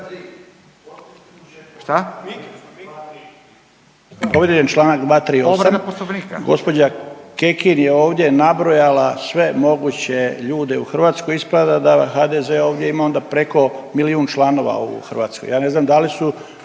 Poslovnika. **Šašlin, Stipan (HDZ)** … Kekin je ovdje nabrojala sve moguće ljude u Hrvatskoj, ispada da HDZ ovdje ima ovdje preko milijun članova u Hrvatskoj. Ja ne znam da li su